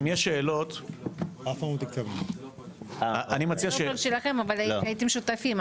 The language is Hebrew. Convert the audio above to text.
זה לא פרויקט שלכם אבל הייתם שותפים,